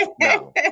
No